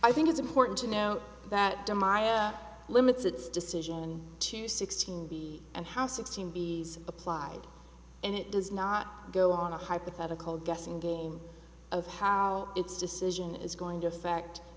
i think it's important to note that to my own limits its decision to sixteen b and how sixteen be applied and it does not go on a hypothetical guessing game of how its decision is going to effect